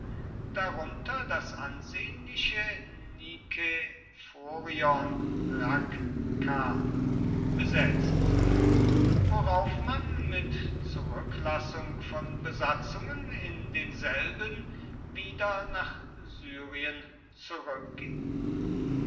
darunter das ansehnliche nikephorion rakkah besetzt worauf man mit zurücklassung von besatzungen in denselben wieder nach syrien zurückging